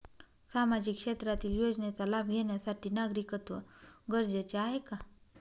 सामाजिक क्षेत्रातील योजनेचा लाभ घेण्यासाठी नागरिकत्व गरजेचे आहे का?